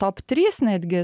top trys netgi